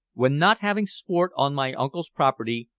when not having sport on my uncle's property,